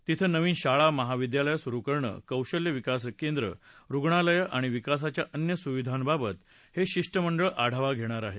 तिथं नवीन शाळा महाविद्यालयं सुरु करणं कौशल्य विकास केंद्र रुग्णालयं आणि विकासाच्या अन्य सुविधांबाबत हे शिष्टमंडळ आढावा घेणार आहे